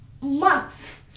months